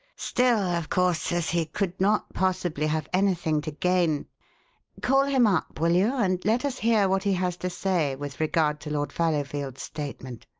still, of course, as he could not possibly have anything to gain call him up, will you, and let us hear what he has to say with regard to lord fallowfield's statement.